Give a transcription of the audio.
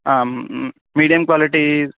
आम् medium quality